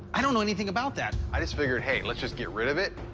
i don't know anything about that. i just figured, hey, let's just get rid of it,